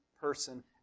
person